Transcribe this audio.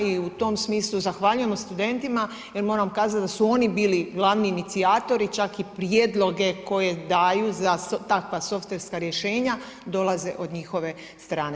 I u tom smislu zahvaljujem studentima jer moramo kazati da su oni bili glavni inicijatori, čak i prijedloge koje daju za takva softverska rješenja dolaze od njihove strane.